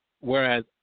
Whereas